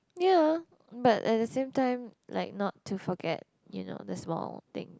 yea but at the same time like not to forget you know the small things